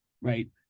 right